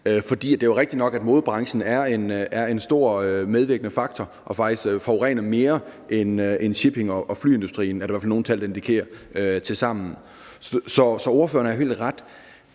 For det er jo rigtigt nok, at modebranchen er en stor medvirkende faktor og faktisk forurener mere end shipping- og flyindustrien til sammen. Det er der i hvert fald nogle tal der indikerer. Så ordføreren har helt ret.